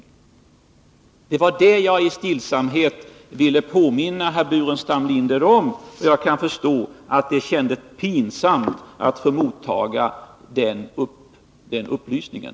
Det var detta jag i stillsamhet ville påminna herr Burenstam Linder om. Och jag kan förstå att det kändes pinsamt att få motta den upplysningen.